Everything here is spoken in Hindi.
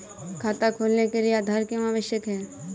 खाता खोलने के लिए आधार क्यो आवश्यक है?